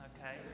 Okay